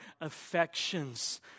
affections